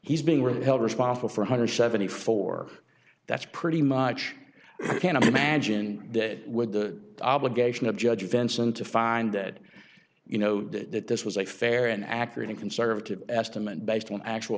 he's being really held responsible for one hundred and seventy four that's pretty much can't imagine that with the obligation of judge benson to find that you know that this was a fair and accurate and conservative estimate based on actual